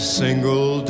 single